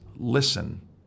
Listen